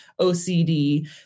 OCD